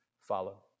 follow